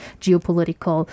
geopolitical